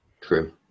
True